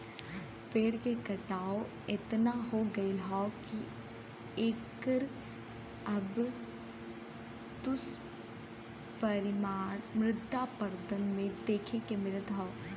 पेड़ के कटाव एतना हो गयल हौ की एकर अब दुष्परिणाम मृदा अपरदन में देखे के मिलत हौ